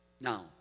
Now